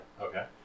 Okay